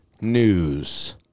news